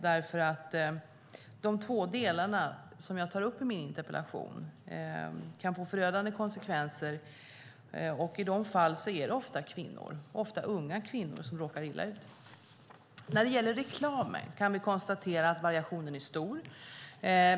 De två delarna som jag tar upp i min interpellation kan få förödande konsekvenser. I de fallen är det ofta kvinnor, och ofta unga kvinnor, som råkar illa ut. När det gäller reklamen kan vi konstatera att variationen är stor.